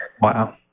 Wow